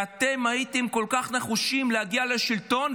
אתם הייתם כל כך נחושים להגיע לשלטון,